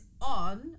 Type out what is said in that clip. on